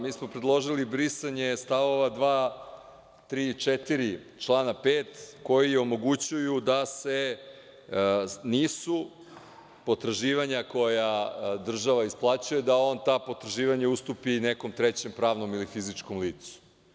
Mi smo predložili brisanje st. 2, 3. i 4. člana 5. koji omogućuju da se nisu potraživanja koja država isplaćuje, da on ta potraživanja ustupi nekom trećem pravnom ili fizičkom licu.